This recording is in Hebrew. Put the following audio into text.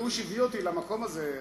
הייאוש הביא אותי למקום הזה,